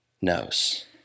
knows